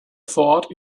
thought